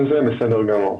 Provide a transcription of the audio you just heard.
בסדר גמור.